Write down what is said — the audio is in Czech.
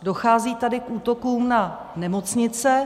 Dochází tady k útokům na nemocnice.